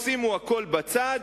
שימו הכול בצד,